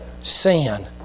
Sin